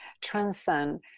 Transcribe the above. transcend